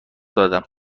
دادم